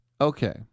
Okay